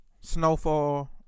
snowfall